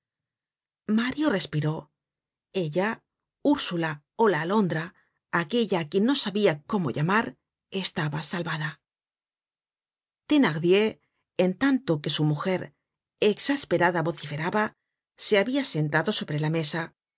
mario respiró ella ursula ó la alondra aquella á quien no sabia cómo llamar estaba salvada thenardier en tanto que su mujer exasperada vociferaba se habia sentado sobre la mesa